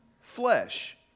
flesh